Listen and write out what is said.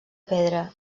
pedra